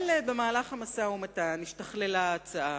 אבל במהלך המשא-ומתן השתכללה ההצעה,